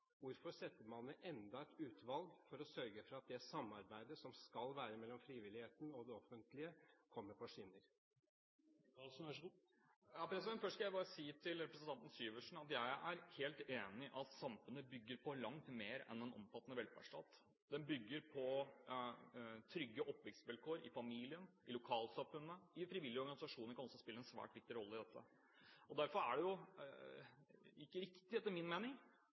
Hvorfor setter man ned enda et utvalg for å sørge for at det samarbeidet som skal være mellom frivilligheten og det offentlige, kommer på skinner? Først skal jeg bare si til representanten Syversen at jeg er helt enig i at samfunnet bygger på langt mer enn en omfattende velferdsstat. Den bygger på trygge oppvekstvilkår i familien og i lokalsamfunnet. De frivillige organisasjonene kan også spille en svært viktig rolle i dette. Derfor er det ikke riktig etter min mening